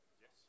Yes